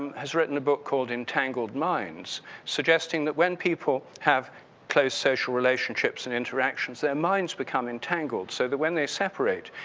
has written a book called entangled minds suggesting that when people have close social relationships and interactions, their minds become entangled. so that when they separate,